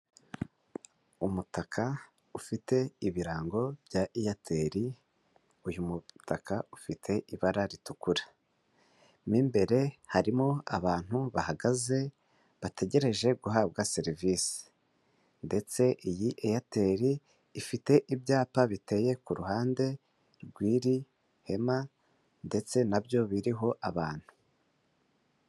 Umutaka ufite ibirango bya Airtel, uyu mutaka ufite ibara ritukura, mu imbere harimo abantu bahagaze bategereje guhabwa serivisi ndetse iyi Airtel ifite ibyapa biteye ku ruhande rw'iri hema, ndetse na byo biriho abantu.